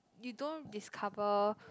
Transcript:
you don't discover